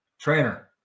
Trainer